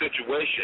situation